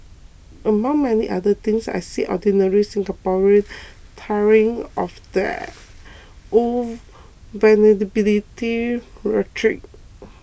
among many other things I see ordinary Singaporean tiring of the old vulnerability rhetoric